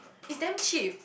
it's damn cheap